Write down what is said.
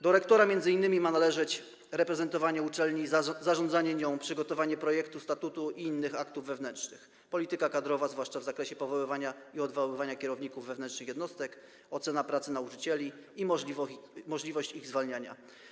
Do rektora ma należeć m.in. reprezentowanie uczelni, zarządzanie nią, przygotowanie projektu statutu i innych aktów wewnętrznych, polityka kadrowa, zwłaszcza w zakresie powoływania i odwoływania kierowników wewnętrznych jednostek, ocena pracy nauczycieli i możliwość ich zwalniania.